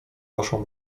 waszą